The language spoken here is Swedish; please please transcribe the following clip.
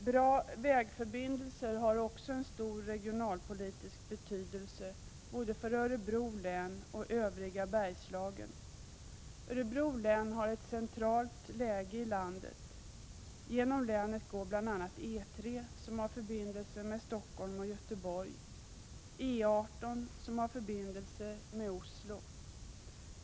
Bra vägförbindelser har en stor regionalpolitisk betydelse för både Örebro län och det övriga Bergslagen. Örebro län har ett centralt läge i landet. Genom länet går bl.a. E 3 som har förbindelse med Stockholm och Göteborg och E 18 som har förbindelse med Oslo.